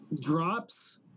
Drops